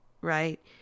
right